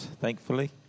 thankfully